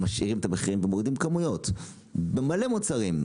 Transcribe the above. משאירים את המחירים ומורידים את הכמויות במלא מוצרים,